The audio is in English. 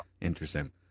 Interesting